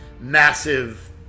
massive